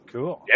Cool